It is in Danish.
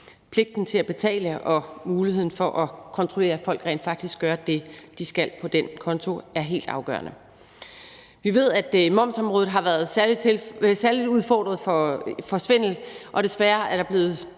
Pligten til at betale og muligheden for at kontrollere, at folk rent faktisk gør det, de skal på den konto, er helt afgørende. Vi ved, at momsområdet har været særlig udfordret i forhold til svindel, og desværre er der blevet